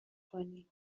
کنی